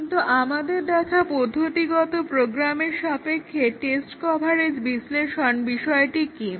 কিন্তু আমাদের দেখা পদ্ধতিগত প্রোগ্রামের সাপেক্ষে টেক্সট কভারেজ বিশ্লেষণ বিষয়টি কি